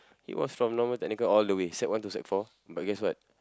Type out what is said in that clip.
he was from normal technical all the way sec one to sec four but guess what